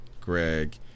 Greg